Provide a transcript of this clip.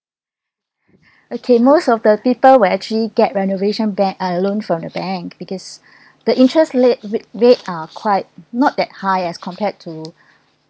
okay most of the people will actually get renovation bear uh loan from the bank because the interest rate rate are quite not that high as compared to